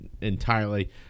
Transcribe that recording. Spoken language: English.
entirely